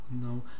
no